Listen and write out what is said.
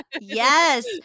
Yes